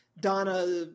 Donna